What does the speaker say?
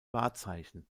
wahrzeichen